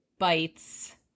Bites